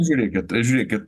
žiūrėkit žiūrėkit